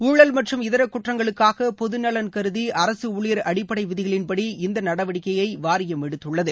ஊழல் மற்றும் இதர குற்றங்களுக்காக பொது நலன் கருதி அரக ஊழியர் அடிப்படை விதிகளின் படி இந்த நடவடிக்கையை வாரியம் எடுத்துள்ளது